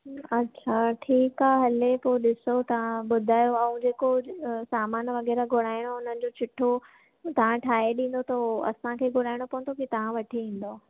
अच्छा ठीकु आहे हले पोइ ॾिसो तव्हां ॿुधायो ऐं जेको अ सामान वग़ैरह घुराइणो हुन जो चिठो तव्हां ठाइ ॾींदौ त असांखे घुराइणो पवंदो की तव्हां वठी ईंदौ